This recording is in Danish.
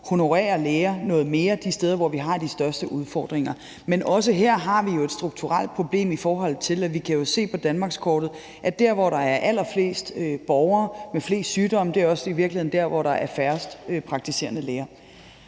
honorere læger noget mere de steder, hvor vi har de største udfordringer. Men også her har vi jo et strukturelt problem, i forhold til at vi kan se på danmarkskortet, at der, hvor der er allerflest borgere med flest sygdomme, i virkeligheden også er der, hvor der er færrest praktiserende læger.